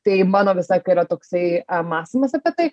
tai mano visą laiką yra toksai mąstymas apie tai